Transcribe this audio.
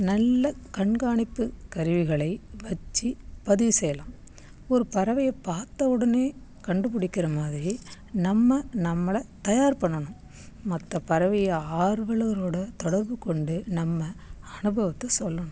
நல்ல கண்காணிப்பு கருவிகளை வச்சு பதிவு செய்யலாம் ஒரு பறவையை பார்த்த உடனே கண்டுபிடிக்கிற மாதிரி நம்ம நம்மளை தயார் பண்ணணும் மற்ற பறவை ஆர்வலரோடு தொடர்புக்கொண்டு நம்ம அனுபவத்தை சொல்லணும்